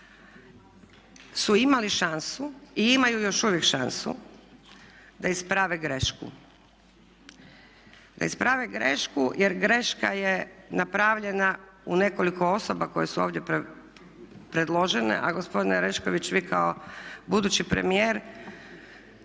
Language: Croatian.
su imali šansu i imaju još uvijek šansu da isprave grešku, da isprave grešku jer greška je napravljena u nekoliko osoba koje su ovdje predložene. A gospodine Orešković vi kao budući premijer